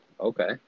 okay